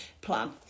Plan